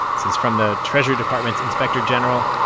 this is from the treasury department's inspector general.